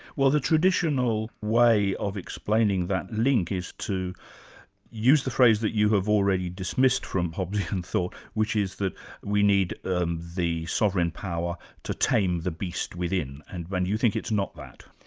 well the traditional way of explaining that link is to use the phrase that you have already dismissed from hobbesian thought, which is that we need um the sovereign power to tame the beast within. and you think it's not that?